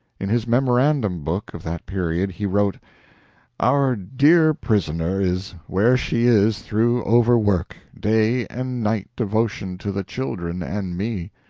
in his memorandum-book of that period he wrote our dear prisoner is where she is through overwork day and night devotion to the children and me.